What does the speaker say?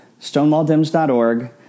StonewallDims.org